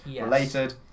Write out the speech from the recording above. related